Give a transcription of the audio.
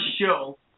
show